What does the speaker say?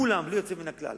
כולן בלי יוצא מן הכלל.